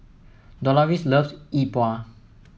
Doloris loves Yi Bua